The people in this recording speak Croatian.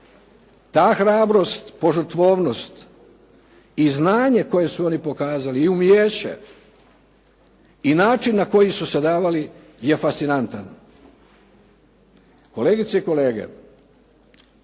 Ta hrabrost, požrtvovnost i znanje koje su oni pokazali i umijeće i način na koji su se davali je fascinantan. Kolegice i kolege,